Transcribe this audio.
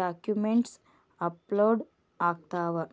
documents upload ಆಗ್ತಾವ